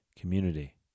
Community